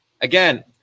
again